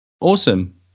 awesome